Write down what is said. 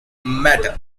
metal